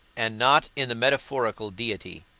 and not in the metaphorical deity.